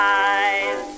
eyes